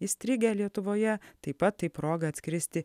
įstrigę lietuvoje taip pat tai proga atskristi